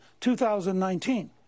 2019